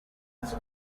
its